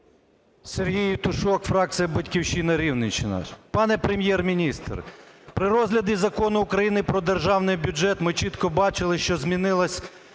Сергій Євтушок, фракція "Батьківщина", Рівненщина. Пане Прем'єр-міністр, при розгляді Закону України про Державний бюджет ми чітко бачили, що змінилась